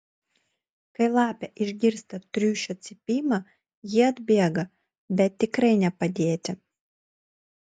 kai lapė išgirsta triušio cypimą ji atbėga bet tikrai ne padėti